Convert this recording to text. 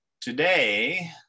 Today